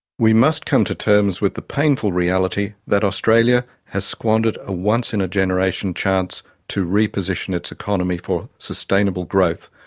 we must come to terms with the painful reality that australia has squandered a once in a generation chance to reposition its economy for sustainable growth.